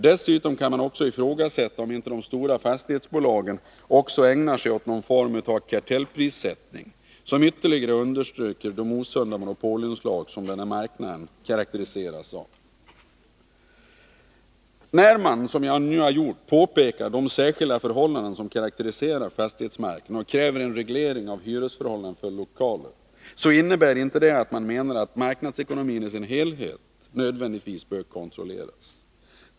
Dessutom kan man ifrågasätta om inte de stora fastighetsbolagen också ägnar sig åt någon form av kartellprissättning som ytterligare understryker de osunda monopolinslag som denna marknad karakteriseras av. När man — som jag nu har gjort — pekar på de särskilda förhållanden som karakteriserar fastighetsmarknaden och kräver en reglering av hyresförhållandena för lokaler innebär det inte att man menar att marknadsekonomin i sin helhet nödvändigtvis måste kontrolleras.